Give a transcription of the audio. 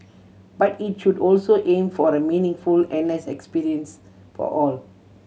but it should also aim for a meaningful N S experience for all